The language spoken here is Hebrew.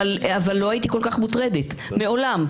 אבל לא הייתי כל כך מוטרדת, מעולם.